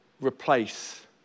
replace